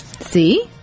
see